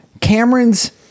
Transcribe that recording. Cameron's